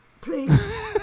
Please